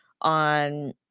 on